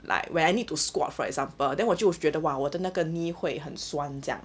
like when I need to squat for example then 我就觉得 !wah! 我的那个 knee 会很酸这样